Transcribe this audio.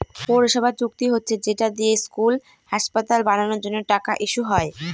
পৌরসভার চুক্তি হচ্ছে যেটা দিয়ে স্কুল, হাসপাতাল বানানোর জন্য টাকা ইস্যু হয়